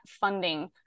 funding